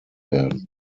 werden